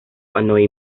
annoy